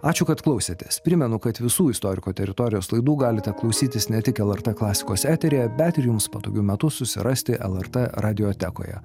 ačiū kad klausėtės primenu kad visų istorikų teritorijos laidų galite klausytis ne tik lrt klasikos eteryje bet ir jums patogiu metu susirasti lrt radiotekoje